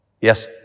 Yes